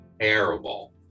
terrible